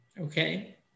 Okay